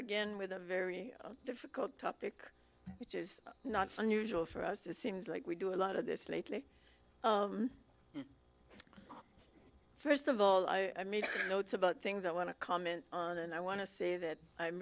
again with a very difficult topic which is not unusual for us it seems like we do a lot of this lately and first of all i made notes about things i want to comment on and i want to say that i'm